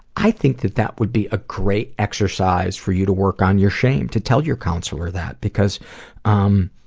i think that that would be a great exercise for you to work on your shame. to tell your counselor that. because um,